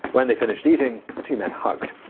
when they finished eating, the two men hugged.